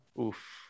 Oof